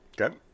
Okay